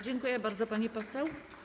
Dziękuję bardzo, pani poseł.